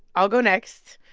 i'll go next.